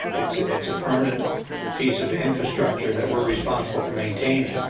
it's it's a permanent piece of infrastructure that we're responsible for maintaining,